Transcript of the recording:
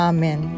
Amen